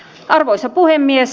arvoisa puhemies